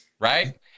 right